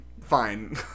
fine